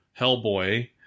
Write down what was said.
Hellboy